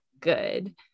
good